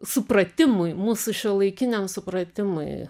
supratimui mūsų šiuolaikiniam supratimui